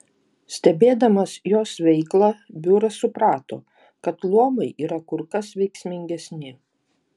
stebėdamas jos veiklą biuras suprato kad luomai yra kur kas veiksmingesni